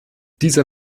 dieser